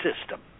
system